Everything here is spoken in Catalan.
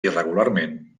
irregularment